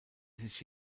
sich